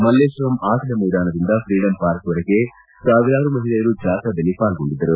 ಮಲ್ಲೇತ್ವರಂ ಆಟದ ಮೈದಾನದಿಂದ ಫೀಡಂಪಾರ್ಕ್ವರೆಗೆ ಸಾವಿರಾರು ಮಹಿಳೆಯರು ಜಾಥಾದಲ್ಲಿ ಪಾಲ್ಗೊಂಡಿದ್ದರು